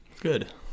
Good